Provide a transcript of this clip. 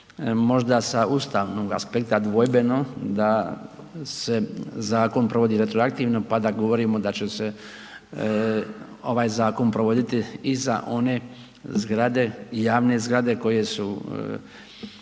možda sa ustavnog aspekta dvojbeno da se zakon provodi retroaktivno, pa da govorimo da će se ovaj zakon provoditi i za one zgrade, javne zgrade koje su,